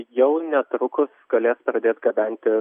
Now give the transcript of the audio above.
jau netrukus galės pradėti gabenti